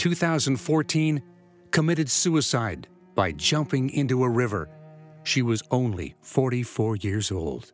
two thousand and fourteen committed suicide by jumping into a river she was only forty four years old